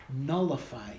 nullified